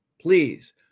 please